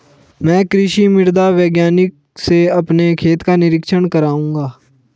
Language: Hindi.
मैं कृषि मृदा वैज्ञानिक से अपने खेत का निरीक्षण कराऊंगा